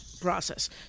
process